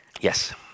Yes